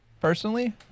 personally